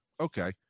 Okay